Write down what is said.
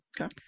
Okay